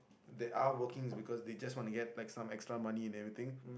they are working is because they just want to get like extra money and everything